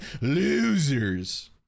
Losers